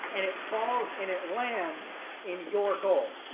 and it falls in it lands in your goal